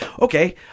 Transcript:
okay